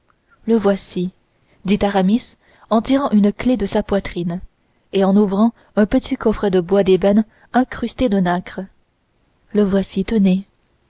le voici dit aramis en tirant une clef de sa poitrine et en ouvrant un petit coffret de bois d'ébène incrusté de nacre le voici